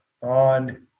on